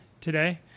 today